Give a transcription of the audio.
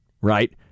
right